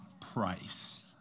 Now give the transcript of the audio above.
price